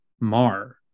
mar